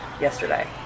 yesterday